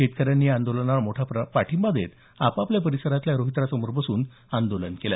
शेतकऱ्यांनी या आंदोलनास मोठा पाठिंबा देत आपापल्या परिसरातल्या रोहित्रासमोर बसून आंदोलन केलं